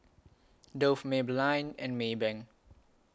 Dove Maybelline and Maybank